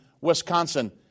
Wisconsin